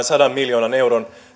sadan miljoonan euron